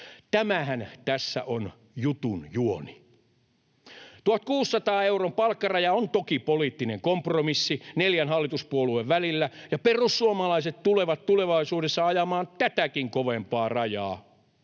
Tämähän tässä on jutun juoni. 1 600 euron palkkaraja on toki poliittinen kompromissi neljän hallituspuolueen välillä, ja perussuomalaiset tulevat tulevaisuudessa ajamaan tätäkin kovempaa rajaa.